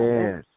Yes